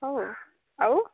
ହଉ ଆଉ